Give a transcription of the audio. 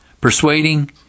persuading